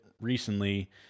recently